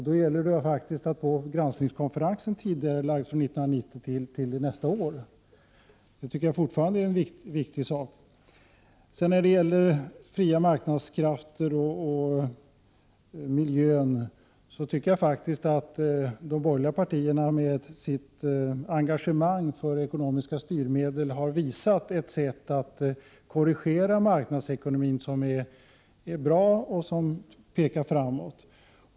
Då gäller det att få granskningskonferensen tidigarelagd, från 1990 till nästa år. Detta är fortfarande viktigt. När det gäller fria marknadskrafter och miljön tycker jag faktiskt att de borgerliga partierna med sitt engagemang för ekonomiska styrmedel har visat ett sätt att korrigera marknadsekonomin som är bra och som pekar framåt.